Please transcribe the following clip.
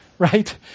Right